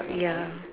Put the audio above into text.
ya